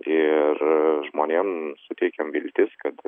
ir žmonėm suteikiam viltis kad